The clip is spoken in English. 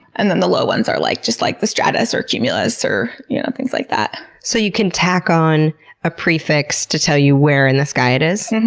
and then the low ones are like just, like, the stratus, or cumulus, or things like that. so you can tack on a prefix to tell you where in the sky it is?